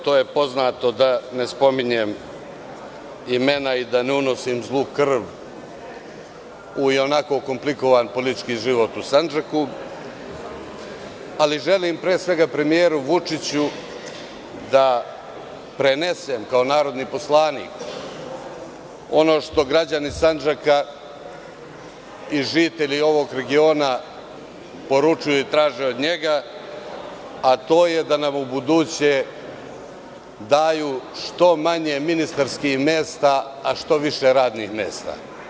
To je već poznato, da ne spominjem imena i da ne unosim zlu krv u ionako komplikovan politički život u Sandžaku, ali želim pre svega premijeru Vučiću da prenesem kao narodni poslanik ono što građani Sandžaka i žitelji ovog regiona poručuju i traže od njega, a to je da nam u buduće daju što manje ministarskih mesta, a što više radnih mesta.